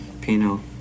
Pino